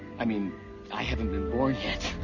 i mean i haven't been born yet.